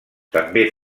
també